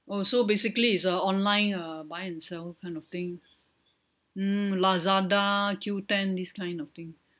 oh so basically it's a online uh buy and sell kind of thing mm lazada Q ten these kind of thing